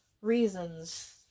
reasons